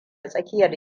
tsakiyar